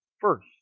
first